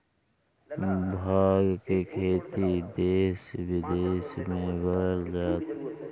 भाँग के खेती देस बिदेस में बढ़ल जाता